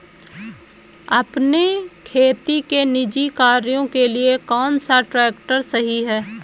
अपने खेती के निजी कार्यों के लिए कौन सा ट्रैक्टर सही है?